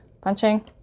punching